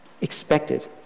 expected